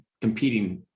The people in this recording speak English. competing